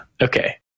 Okay